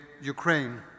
Ukraine